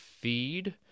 feed